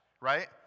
right